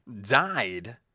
died